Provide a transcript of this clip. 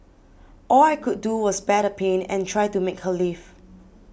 all I could do was bear the pain and try to make her leave